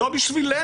לא בשבילנו.